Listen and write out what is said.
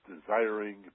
desiring